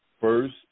first